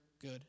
good